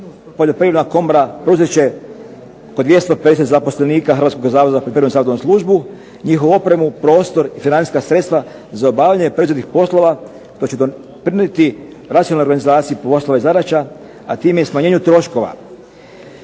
poljoprivredna komora preuzet će oko 250 zaposlenika Hrvatskog zavoda za poljoprivrednu savjetodavnu službu, njihovu opremu, prostor i financijska sredstva za obavljanje predviđenih poslova koji će doprinijeti racionalizaciji poslova i zadaća, a time i smanjenju troškova.